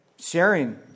sharing